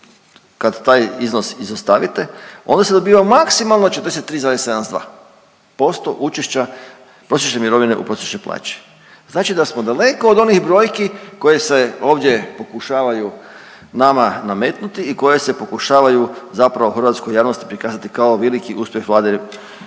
kad taj iznos izostavite onda se dobiva maksimalno 43,72% učešća prosječne mirovine u prosječnoj plaći. Znači da smo daleko od onih brojki koje se ovdje pokušavaju nama nametnuti i koje se pokušavaju zapravo hrvatskoj javnosti prikazati kao veliki uspjeh Vlade Andreja